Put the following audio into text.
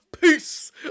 peace